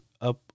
up